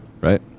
Right